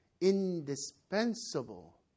indispensable